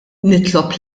nitlob